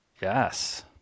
Yes